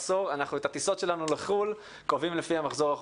את הטיסות שלנו לחו"ל אנחנו קובעים לפי המחזור החופשי.